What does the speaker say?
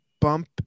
bump